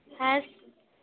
হ্যাঁ